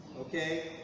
okay